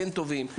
כן טובים.